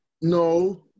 No